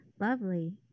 Lovely